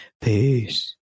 Peace